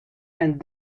and